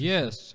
Yes